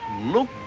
look